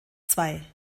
zwei